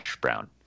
brown